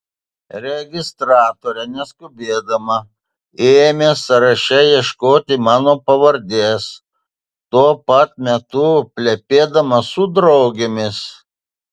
registratorė neskubėdama ėmė sąraše ieškoti mano pavardės tuo pat metu plepėdama su draugėmis